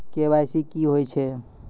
KYC की होय छै?